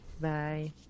Bye